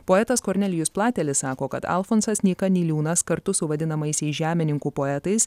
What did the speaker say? poetas kornelijus platelis sako kad alfonsas nyka niliūnas kartu su vadinamaisiais žemininkų poetais